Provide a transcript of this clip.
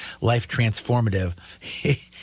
life-transformative